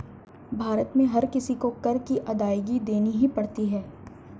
भारत में हर किसी को कर की अदायगी देनी ही पड़ती है